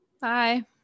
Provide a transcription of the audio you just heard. Bye